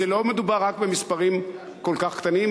לא מדובר רק במספרים כל כך קטנים,